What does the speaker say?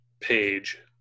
page